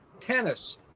tennis